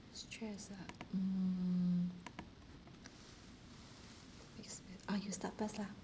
stress uh mm stress that ah you start first lah